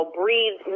breathe